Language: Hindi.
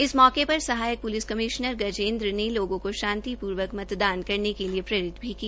इस मौके पर सहायक प्लिस कमिश्नर गजेन्द्र ने लोगों को शांतिपूर्वक मतदान करने के लिए प्रेरित भी किया